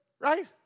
Right